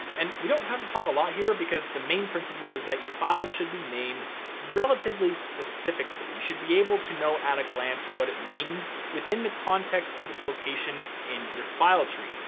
and we don't have to talk a lot here because the main principle is that your files should be named relatively specifically. you should be able to know at a glance what it means within the context of its location in your file tree.